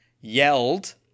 yelled